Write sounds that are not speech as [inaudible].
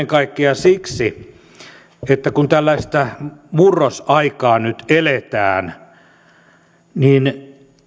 [unintelligible] kaikkea siksi kun tällaista murrosaikaa nyt eletään että